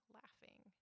laughing